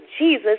Jesus